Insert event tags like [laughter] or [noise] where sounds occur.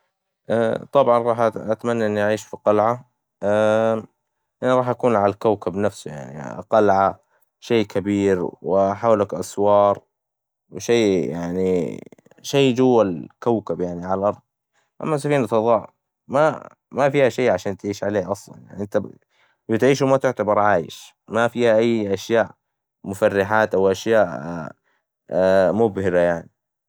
طبعاً راح ات- أتمنى اني أعيش في قلعة، [hesitation] أنا راح اكون عالكوكب نفسه يعني، قلعة، شي كبير، وحولك أسوار، شي يعني شي جوا الكوكب، يعني عالأرظ، أما سفينة فظاء، ما- ما فيها شي عشلن تعيش عليه أصلاً، يعني نتب- بتعيش وما تعتبر عايش، ما فيها أي أشياء مفرحات، أو أشياء [hesitation] مبهرة يعني.